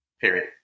period